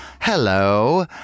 Hello